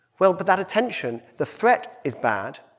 well, but that attention the threat is bad.